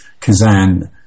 Kazan